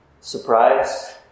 surprise